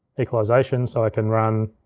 equalization, so it can run.